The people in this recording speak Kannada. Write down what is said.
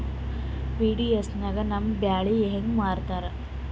ಪಿ.ಡಿ.ಎಸ್ ನಾಗ ನಮ್ಮ ಬ್ಯಾಳಿ ಹೆಂಗ ಮಾರದ?